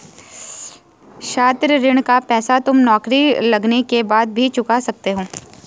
छात्र ऋण का पैसा तुम नौकरी लगने के बाद भी चुका सकते हो